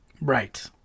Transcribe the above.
Right